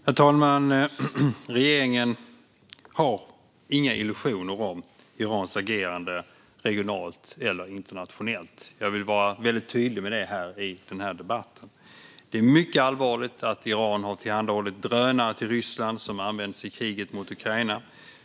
Herr talman! Regeringen gör sig inga illusioner om Irans agerande regionalt eller internationellt. Jag vill vara tydlig med det i denna debatt. Det är mycket allvarligt att Iran har tillhandahållit Ryssland drönare som används i kriget mot Ukraina.